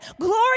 glory